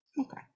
Okay